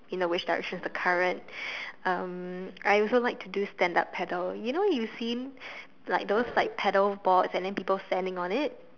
you know which direction is the current um I also like to do stand up paddle you know you seen like those like paddle boards and then people standing on it